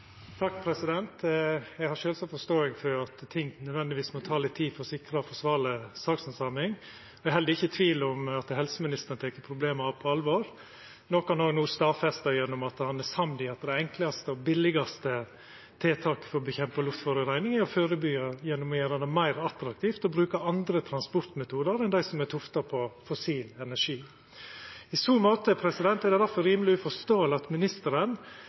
Eg har sjølvsagt forståing for at ting nødvendigvis må ta litt tid for å sikra forsvarleg sakshandsaming. Det er heller ikkje tvil om at helseministeren tek problema på alvor, noko han no har stadfesta gjennom at han er samd i at det enklaste og billigaste tiltaket for å få bukt med luftforureining er å førebyggja gjennom å gjera det meir attraktivt å bruka andre transportmetodar enn dei som er tufta på fossil energi. I så måte er det uforståeleg at ministeren og regjeringa i forslaget sitt til statsbudsjett for 2017 føreslår å